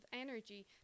energy